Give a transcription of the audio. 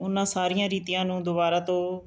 ਉਹਨਾਂ ਸਾਰੀਆਂ ਰੀਤੀਆਂ ਨੂੰ ਦੁਬਾਰਾ ਤੋਂ